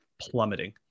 plummeting